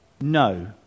No